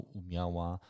umiała